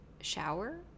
shower